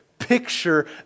Picture